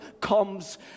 comes